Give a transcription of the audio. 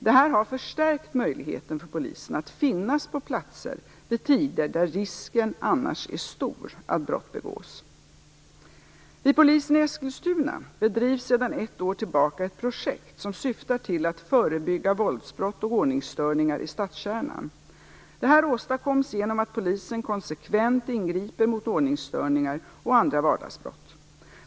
Detta har förstärkt möjligheten för polisen att finnas på platser vid tider där risken annars är stor att brott begås. Vid polisen i Eskilstuna bedrivs sedan ett år tillbaka ett projekt som syftar till att förebygga våldsbrott och ordningsstörningar i stadskärnan. Detta åstadkoms genom att polisen konsekvent ingriper mot ordningsstörningar och andra vardagsbrott.